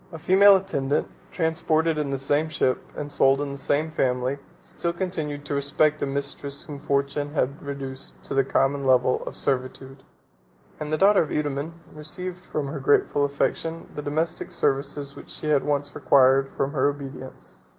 a female attendant, transported in the same ship, and sold in the same family, still continued to respect a mistress whom fortune had reduced to the common level of servitude and the daughter of eudaemon received from her grateful affection the domestic services which she had once required from her obedience.